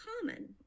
common